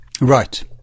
Right